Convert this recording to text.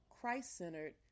Christ-centered